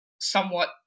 somewhat